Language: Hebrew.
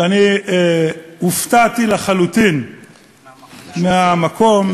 שאני הופתעתי לחלוטין מהמקום,